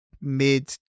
mid